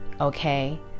okay